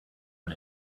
run